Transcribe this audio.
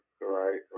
right